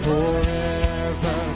Forever